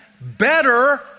better